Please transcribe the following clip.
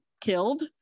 killed